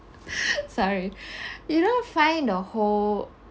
sorry you know find a whole